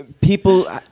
People